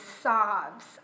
sobs